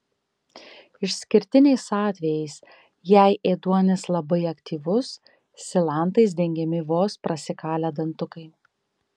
išskirtiniais atvejais jei ėduonis labai aktyvus silantais dengiami vos prasikalę dantukai